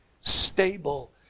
Stable